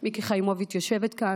מיקי חיימוביץ' יושבת כאן.